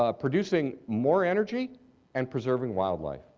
ah producing more energy and preserving wildlife.